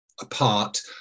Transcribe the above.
apart